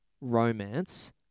romance